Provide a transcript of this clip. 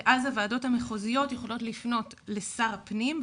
ואז הוועדות המחוזיות יכולות לפנות לשר הפנים,